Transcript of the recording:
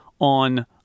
on